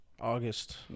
August